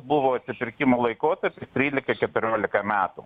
buvo atsipirkimo laikotarpis trylika keturiolika metų